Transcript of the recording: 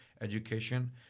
education